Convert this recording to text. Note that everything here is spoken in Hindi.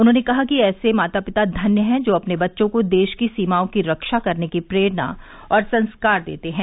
उन्होंने कहा कि ऐसे माता पिता धन्य है जो अपने बच्चों को देश की सीमाओं की रक्षा करने की प्रेरणा और संस्कार देते हैं